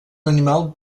animal